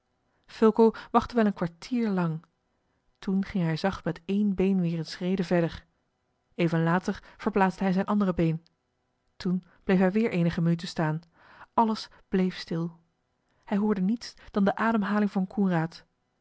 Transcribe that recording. fulco wachtte wel een kwartier lang toen ging hij zacht met één been weer eene schrede verder even later verplaatste hij zijn andere been toen bleef hij weer eenige minuten staan alles bleef stil hij hoorde niets dan de ademhaling van coenraad